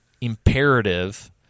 imperative